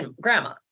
grandma